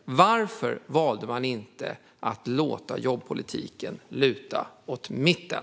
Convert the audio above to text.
Varför valde man inte att låta jobbpolitiken luta åt mitten?